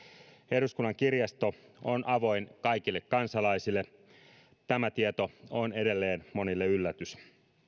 eduskunnan kirjasto on avoin kaikille kansalaisille tämä tieto on edelleen monille yllätys